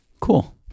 cool